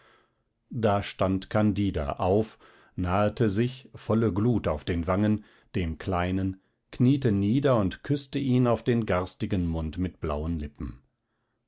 da stand candida auf nahete sich volle glut auf den wangen dem kleinen kniete nieder und küßte ihn auf den garstigen mund mit blauen lippen